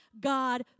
God